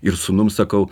ir sūnum sakau